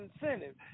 incentive